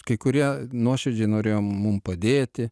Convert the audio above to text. kai kurie nuoširdžiai norėjo mum padėti